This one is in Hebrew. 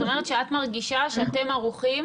את מרגישה שאתם ערוכים